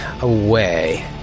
away